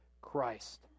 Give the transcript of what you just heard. Christ